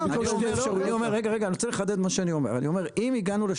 אני אומר,